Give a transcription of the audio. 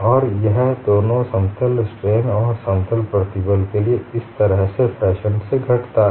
और यह दोनों समतल स्ट्रेन और समतल प्रतिबल के लिए इस तरह के फैशन से घटता है